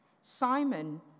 Simon